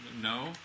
no